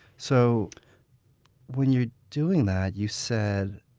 so when you're doing that, you said